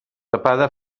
tapada